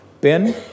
Ben